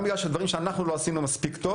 גם בגלל דברים שאנחנו לא עשינו מספיק טוב